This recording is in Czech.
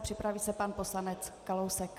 Připraví se pan poslanec Kalousek.